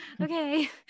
okay